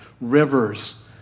rivers